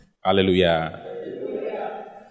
hallelujah